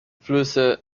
flüsse